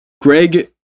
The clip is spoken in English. Greg